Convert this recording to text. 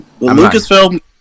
Lucasfilm